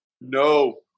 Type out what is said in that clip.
No